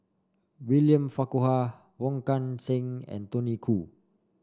William Farquhar Wong Kan Seng and Tony Khoo